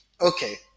Okay